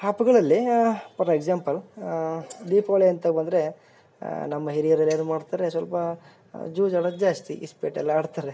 ಆ ಹಬ್ಗಳಲ್ಲಿ for example Deepavali ಅಂತ ಬಂದರೆ ನಮ್ಮ ಹಿರಿಯರು ಏನೇನು ಮಾಡ್ತಾರೆ ಸ್ವಲ್ಪ ಜೂಜಾಡೋದ್ ಜಾಸ್ತಿ ಇಸ್ಪೀಟೆಲ್ಲ ಆಡ್ತಾರೆ